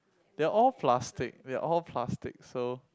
they're all plastic they're all plastic so